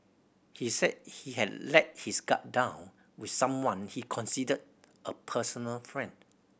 he said he had let his guard down with someone he considered a personal friend